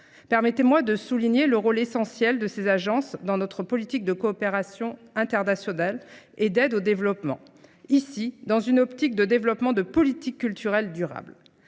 Permettez-moi de souligner le rôle essentiel de ces agences dans notre politique de coopération internationale et d'aide au développement, ici dans une optique de développement de politiques culturelles durables.